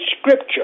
scripture